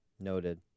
noted